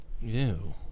Ew